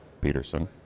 Peterson